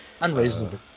unreasonable